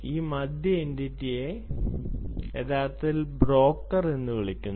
ഈ മധ്യ എന്റിറ്റിയെ യഥാർത്ഥത്തിൽ ബ്രോക്കർ എന്ന് വിളിക്കുന്നു